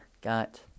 got